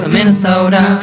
Minnesota